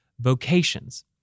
vocations